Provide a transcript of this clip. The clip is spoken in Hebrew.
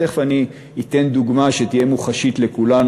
תכף אני אתן דוגמה שתהיה מוחשית לכולנו,